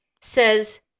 says